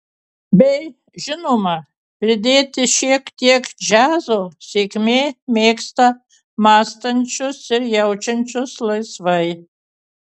bei žinoma pridėti šiek tiek džiazo sėkmė mėgsta mąstančius ir jaučiančius laisvai